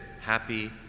happy